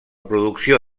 producció